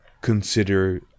consider